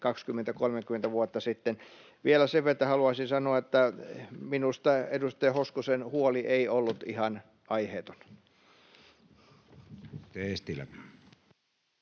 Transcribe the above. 20—30 vuotta sitten. Vielä sen verta haluaisin sanoa, että minusta edustaja Hoskosen huoli ei ollut ihan aiheeton. [Speech